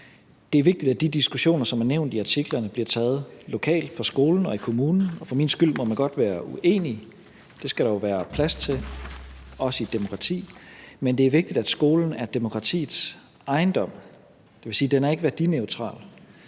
Det er vigtigt, at de diskussioner, som er nævnt i artiklerne, bliver taget lokalt i skolen eller i kommunen, og for min skyld må man godt være uenig. Det skal der jo være plads til, også i et demokrati, men det er vigtigt, at skolen er demokratiets ejendom, det vil sige, at den ikke er værdineutral.